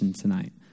tonight